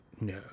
No